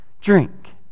drink